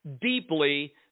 deeply